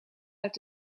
uit